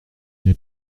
n’es